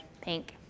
pink